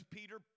Peter